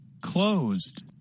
Closed